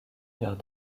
vers